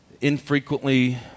infrequently